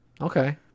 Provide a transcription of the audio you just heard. Okay